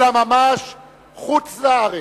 אלא ממש חוץ-לארץ,